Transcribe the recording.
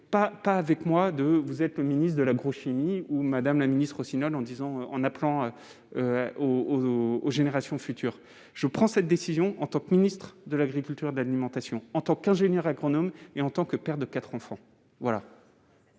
pas que je suis le ministre de l'agrochimie ou, madame Rossignol, n'en appelez pas aux générations futures. Je prends cette décision en tant que ministre de l'agriculture et de l'alimentation, en tant qu'ingénieur agronome et en tant que père de quatre enfants. Monsieur